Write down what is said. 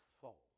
soul